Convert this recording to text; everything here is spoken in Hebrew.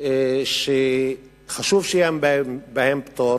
שחשוב שיהיה בהם פטור